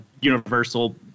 universal